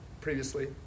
previously